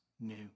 new